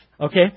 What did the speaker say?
Okay